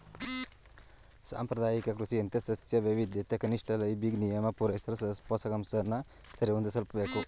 ಸಾಂಪ್ರದಾಯಿಕ ಕೃಷಿಯಂತೆ ಸಸ್ಯ ವೈವಿಧ್ಯಕ್ಕೆ ಕನಿಷ್ಠ ಲೈಬಿಗ್ ನಿಯಮ ಪೂರೈಸಲು ಪೋಷಕಾಂಶನ ಸರಿಹೊಂದಿಸ್ಬೇಕು